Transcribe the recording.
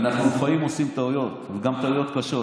אנחנו לפעמים עושים טעויות, וגם טעויות קשות.